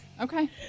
Okay